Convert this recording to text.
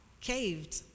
caved